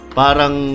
parang